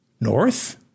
north